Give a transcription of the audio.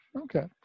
Okay